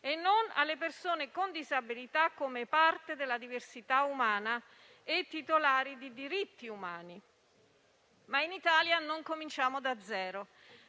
e non alle persone con disabilità come parte della diversità umana e titolari di diritti umani. Ad ogni modo, in Italia non cominciamo da zero: